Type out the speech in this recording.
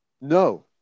No